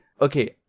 okay